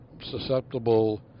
susceptible